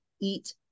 eat